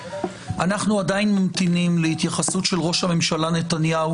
אנחנו עדיין ממתינים להתייחסות של ראש הממשלה נתניהו